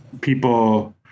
people